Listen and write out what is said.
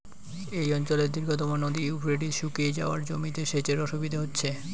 এই অঞ্চলের দীর্ঘতম নদী ইউফ্রেটিস শুকিয়ে যাওয়ায় জমিতে সেচের অসুবিধে হচ্ছে